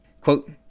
Quote